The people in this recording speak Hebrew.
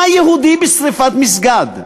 מה יהודי בשרפת מסגד?